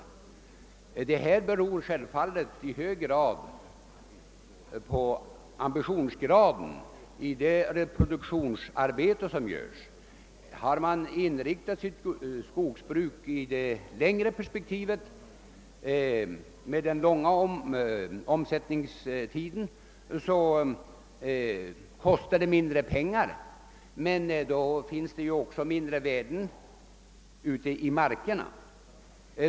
Detta beror självfallet i hög grad på ambitionsgraden i reproduktionsarbetet. Inriktar man sig på det längre perspektivet i skogsbruket och räknar med den långa omloppstiden kostar det mindre, men då finns det också lägre värden ute i markerna.